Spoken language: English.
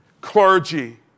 clergy